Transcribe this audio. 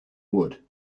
wood